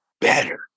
better